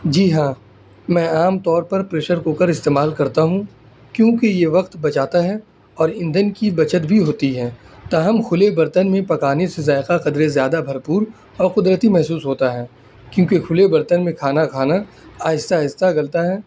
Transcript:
جی ہاں میں عام طور پر پریشر کوکر استعمال کرتا ہوں کیونکہ یہ وقت بچاتا ہے اور ایندھن کی بچت بھی ہوتی ہے تاہم کھلے برتن میں پکانے سے ذائقہ قدرے زیادہ بھرپور اور قدرتی محسوس ہوتا ہے کیونکہ کھلے برتن میں کھانا کھانا آہستہ آہستہ گلتا ہے